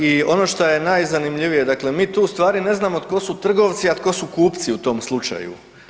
I ono šta je najzanimljivije, dakle mi tu u stvari ne znamo tko su trgovci, a tko su kupci u tom slučaju.